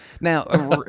Now